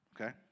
okay